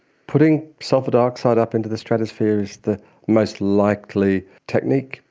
putting sulphur dioxide up into the stratosphere is the most likely technique,